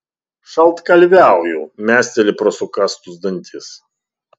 šaltkalviauju mesteli pro sukąstus dantis